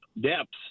depths